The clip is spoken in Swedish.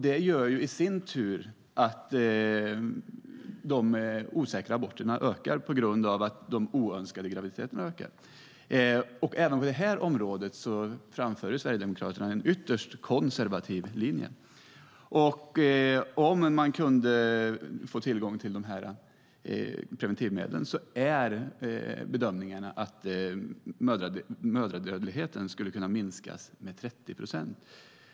Det gör i sin tur att de osäkra aborterna ökar eftersom de oönskade graviditeterna ökar. Även på detta område driver Sverigedemokraterna en ytterst konservativ linje. Om man kunde få tillgång till preventivmedel är bedömningen att mödradödligheten skulle kunna minskas med 30 procent.